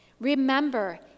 Remember